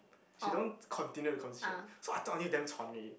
she don't continue the conversation so I talk until damn 喘 eh